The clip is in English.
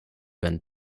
been